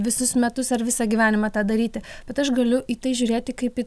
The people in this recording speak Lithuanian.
visus metus ar visą gyvenimą tą daryti bet aš galiu į tai žiūrėti kaip į